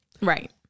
Right